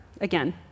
again